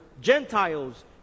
Gentiles